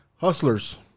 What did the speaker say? Hustlers